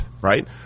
right